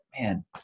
man